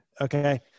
Okay